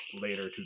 later